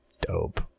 Dope